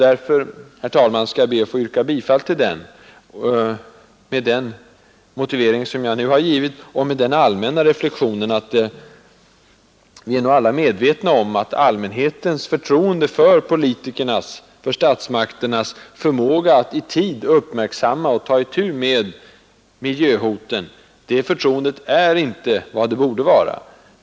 Därför, herr talman, skall jag be att få yrka bifall till denna reservation med den motivering som jag nu har givit och med en allmän reflexion. Vi är nog alla är medvetna om att allmänhetens förtroende för politikernas, för statsmakternas förmåga att i tid uppmärksamma och ta itu med miljöhoten inte är vad det borde vara.